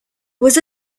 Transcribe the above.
was